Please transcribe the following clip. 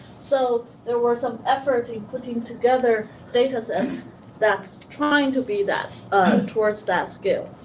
so, there were some effort in putting together datasets that's trying to be that towards that scale.